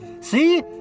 See